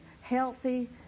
healthy